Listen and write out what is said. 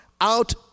out